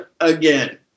again